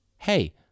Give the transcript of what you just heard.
Hey